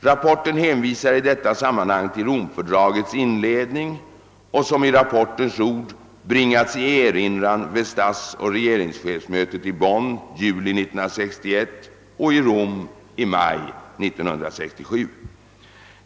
Rapporten hänvisar i detta sammanhang till Romfördragets inledning som, i rapportens ord, bringats i erinran vid statsoch regeringschefsmötet i Bonn i juli 1961 och i Rom i maj 1967.